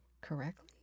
correctly